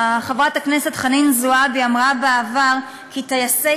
חברת הכנסת חנין זועבי אמרה בעבר כי טייסי